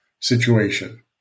situation